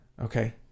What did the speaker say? okay